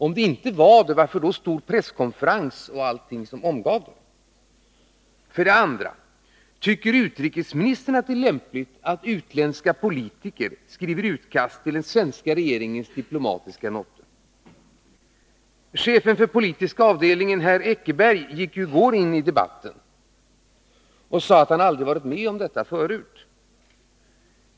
Om det inte var det, varför hölls det då en stor presskonferens? Anser utrikesministern att det är lämpligt att utländska politiker skriver utkast till den svenska regeringens diplomatiska not? Chefen för utrikesdepartementets politiska avdelning, herr Eckerberg, gick ju i går in i debatten och sade att han aldrig varit med om detta förut.